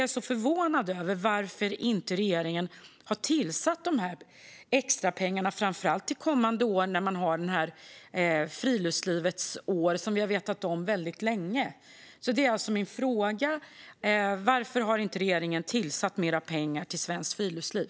Jag är förvånad över att regeringen inte har tillfört dessa extrapengar, framför allt till kommande år när det är Friluftslivets år, som vi har vetat om väldigt länge. Min fråga är alltså: Varför har inte regeringen tillfört mer pengar till Svenskt Friluftsliv?